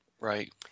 right